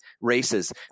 races